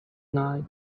night